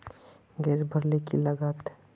Gas भरले की लागत?